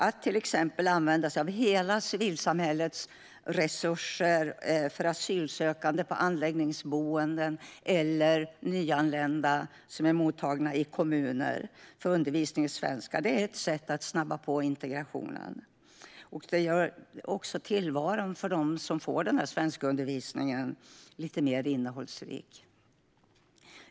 Att till exempel använda sig av hela civilsamhällets resurser för asylsökande på anläggningsboenden eller nyanlända i kommuner för undervisning i svenska är ett sätt att snabba på integrationen och samtidigt göra tillvaron för dem som får undervisningen mer innehållsrik.